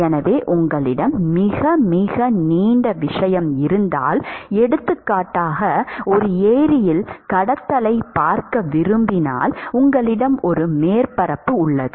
எனவே உங்களிடம் மிக மிக நீண்ட விஷயம் இருந்தால் எடுத்துக்காட்டாக ஒரு ஏரியில் கடத்தலைப் பார்க்க விரும்பினால் உங்களிடம் ஒரு மேற்பரப்பு உள்ளது